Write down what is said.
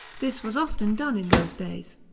this was often done in those days.